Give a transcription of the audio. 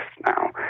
now